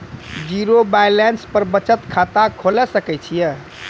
Zero balance पर बचत खाता खोले सकय छियै?